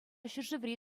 ҫӗршыври